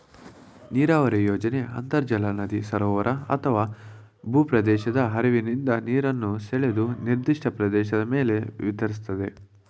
ನೀರಾವರಿ ಯೋಜನೆ ಅಂತರ್ಜಲ ನದಿ ಸರೋವರ ಅಥವಾ ಭೂಪ್ರದೇಶದ ಹರಿವಿನಿಂದ ನೀರನ್ನು ಸೆಳೆದು ನಿರ್ದಿಷ್ಟ ಪ್ರದೇಶದ ಮೇಲೆ ವಿತರಿಸ್ತದೆ